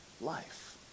life